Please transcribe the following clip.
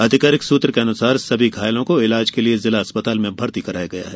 आधिकारिक सूत्र के अनुसार सभी घायलों को इलाज के लिए जिला अस्पताल में भर्ती कराया गया है